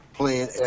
playing